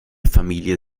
familie